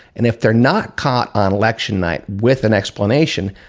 and if they're not caught on election night with an explanation,